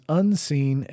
unseen